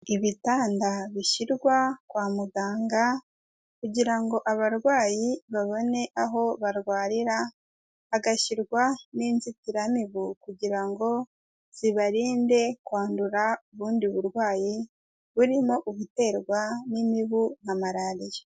Ibitanda bishyirwa kwa muganga kugira ngo abarwayi babone aho barwarira, hagashyirwa n'inzitiramibu kugira ngo zibarinde kwandura ubundi burwayi, burimo ubuterwa n'imibu na malariya.